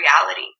reality